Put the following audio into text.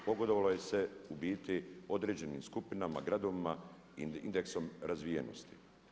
Pogodovalo se u biti određenim skupinama, gradovima indeksom razvijenosti.